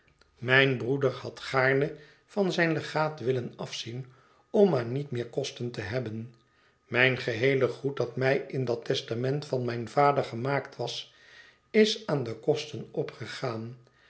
mijn broeder had gaarne van zijn legaat willen afzien om maar niet meer kosten te hebben mijn geheele goed dat mij in dat testament van mijn vader gemaakt was is aan de kosten opgegaan